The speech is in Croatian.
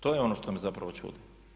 To je ono što me zapravo čudi.